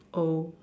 oh